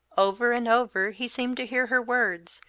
over and over he seemed to hear her words,